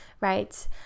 right